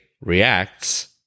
reacts